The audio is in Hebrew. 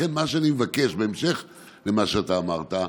לכן, מה שאני מבקש, בהמשך למה שאתה אמרת,